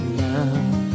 love